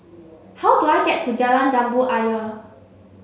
how do I get to Jalan Jambu Ayer